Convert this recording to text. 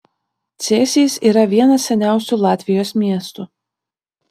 cėsys yra vienas seniausių latvijos miestų